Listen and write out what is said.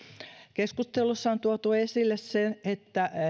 keskustelussa on tuotu esille se että